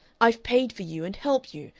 i've paid for you and helped you,